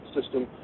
system